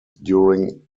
during